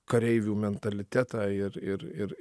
kareivių mentalitetą ir ir ir